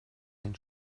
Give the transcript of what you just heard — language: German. den